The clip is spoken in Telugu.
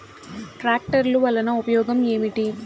ట్రాక్టర్లు వల్లన ఉపయోగం ఏమిటీ?